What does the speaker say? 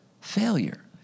failure